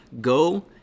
go